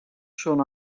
són